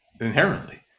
inherently